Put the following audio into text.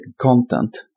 content